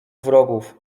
wrogów